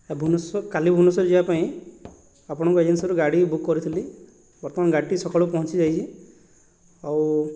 ଭୁବନେଶ୍ୱର କାଲି ଭୁବନେଶ୍ୱର ଯିବା ପାଇଁ ଆପଣଙ୍କ ଏଜେନ୍ସିରୁ ଗାଡ଼ି ବୁକ୍ କରିଥିଲି ବର୍ତ୍ତମାନ ଗାଡ଼ିଟି ସକାଳୁ ପହଁଞ୍ଚିଯାଇଛି ଆଉ